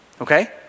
okay